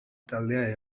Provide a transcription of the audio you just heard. taldea